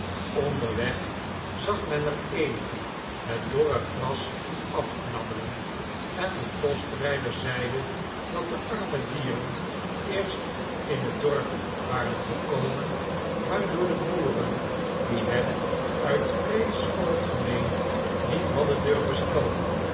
onderweg zag men er eenigen het dorre gras afknabbelen en de postrijder zeide dat de arme dieren eerst in het dorp waren gekomen maar door de boeren die hen uit vrees voor het gemeen niet hadden durven stallen